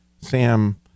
Sam